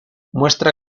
muestra